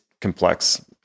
complex